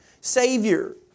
Savior